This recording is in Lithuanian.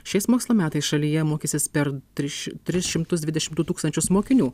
šiais mokslo metais šalyje mokysis per triš tris šimtus dvidešimt du tūkstantčius mokinių